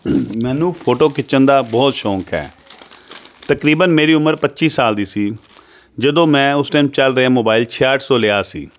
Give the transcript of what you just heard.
ਮੈਨੂੰ ਫੋਟੋ ਖਿੱਚਣ ਦਾ ਬਹੁਤ ਸ਼ੌਂਕ ਹੈ ਤਕਰੀਬਨ ਮੇਰੀ ਉਮਰ ਪੱਚੀ ਸਾਲ ਦੀ ਸੀ ਜਦੋਂ ਮੈਂ ਉਸ ਟਾਈਮ ਚੱਲ ਰਿਹਾ ਮੋਬਾਈਲ ਛਿਆਹਠ ਸੌ ਲਿਆ ਸੀ